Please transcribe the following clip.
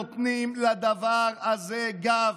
נותנים לדבר הזה גב.